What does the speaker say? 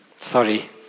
Sorry